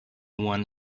won